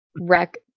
wreck